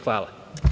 Hvala.